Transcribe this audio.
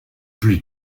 plus